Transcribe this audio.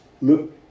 look